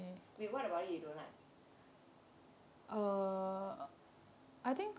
wait what about it you don't like